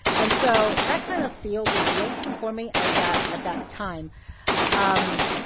and so that kind of sealed the deal for me at that at that time um